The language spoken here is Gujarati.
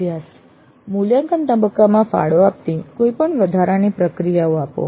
અભ્યાસ મૂલ્યાંકન તબક્કામાં ફાળો આપતી કોઈપણ વધારાની પ્રક્રિયાઓ આપો